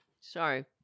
sorry